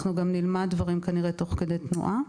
כנראה גם נלמד דברים תוך כדי תנועה.